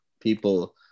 people